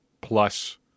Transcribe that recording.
plus